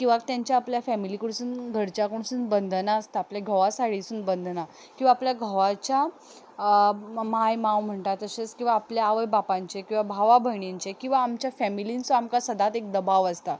किंवां तांच्या आपल्या फेमिली कडसून किंवां घरच्यां कडसून बंधना आसता आपल्या घोवा सायडीसून बंधना किंवां आरल्या घोवाच्या माय माव म्हणटा तशेंच किंवां आपल्या आवय बापायचें किंवां भावा भयणींचें किंवां आमच्या फेमिलींत सुद्दां आमकां सदांच एक दबाव आसता